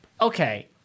Okay